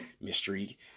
mystery